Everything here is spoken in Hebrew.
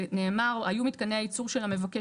ונאמר "היו מתקני הייצור של המבקש,